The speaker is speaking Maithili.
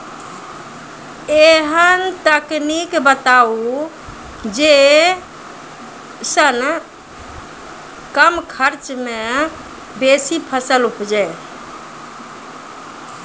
ऐहन तकनीक बताऊ जै सऽ कम खर्च मे बेसी फसल उपजे?